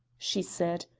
she said,